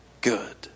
good